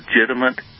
legitimate